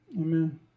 Amen